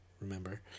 remember